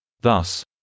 Thus